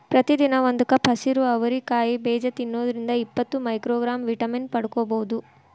ಪ್ರತಿದಿನ ಒಂದು ಕಪ್ ಹಸಿರು ಅವರಿ ಕಾಯಿ ಬೇಜ ತಿನ್ನೋದ್ರಿಂದ ಇಪ್ಪತ್ತು ಮೈಕ್ರೋಗ್ರಾಂ ವಿಟಮಿನ್ ಪಡ್ಕೋಬೋದು